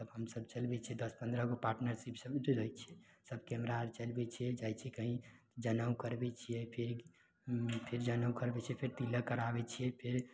तऽ हमसब चलबय छियै दस पन्द्रह गो पार्टनरशिप सब उधरे रहय छियै कैमरा आर चलबय छियै जाइ छियै कहीँ जनेउ करबय छियै फिर फिर जनेउ करबय फेर तिलक कराबय छियै फेर